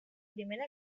primera